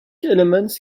elements